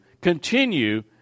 continue